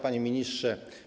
Panie Ministrze!